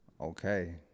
Okay